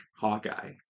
Hawkeye